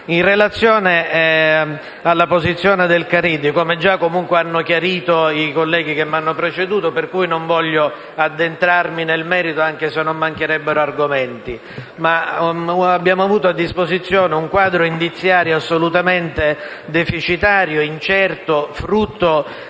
in relazione alla posizione del senatore Caridi, come già hanno comunque chiarito i colleghi che mi hanno preceduto, per cui non voglio addentrarmi nel merito, anche se non mancherebbero argomenti. Abbiamo avuto a disposizione un quadro indiziario assolutamente deficitario, incerto, frutto